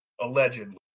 allegedly